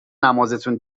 نمازتون